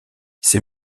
ces